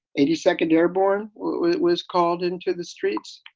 eighty second airborne was called into the streets.